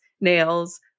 nails